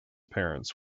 parents